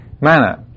manner